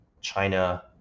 China